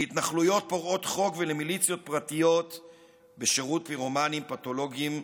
להתנחלויות פורעות חוק ולמיליציות פרטיות בשירות פירומנים פתולוגיים.